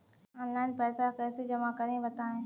Online पैसा कैसे जमा करें बताएँ?